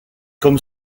comme